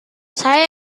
saya